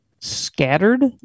scattered